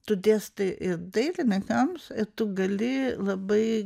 tu dėstai ir dailininkams ir tu gali labai